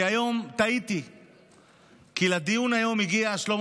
אבל הוא השר.